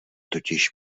totiž